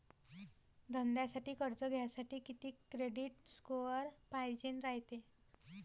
धंद्यासाठी कर्ज घ्यासाठी कितीक क्रेडिट स्कोर पायजेन रायते?